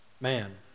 man